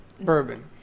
Bourbon